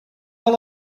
all